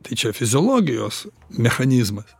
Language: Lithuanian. tai čia fiziologijos mechanizmas